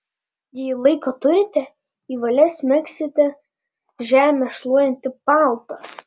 jei laiko turite į valias megzkite žemę šluojantį paltą